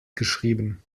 geschrieben